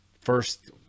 first